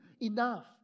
enough